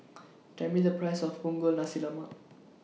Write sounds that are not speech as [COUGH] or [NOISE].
[NOISE] Tell Me The Price of Punggol Nasi Lemak